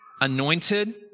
Anointed